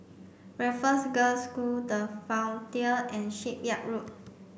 Raffles Girls' School The Frontier and Shipyard Road